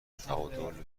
تعادل